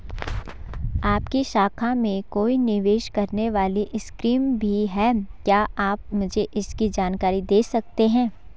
आपकी शाखा में कोई निवेश करने वाली स्कीम भी है क्या आप मुझे इसकी जानकारी दें सकते हैं?